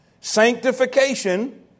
Sanctification